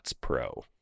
Pro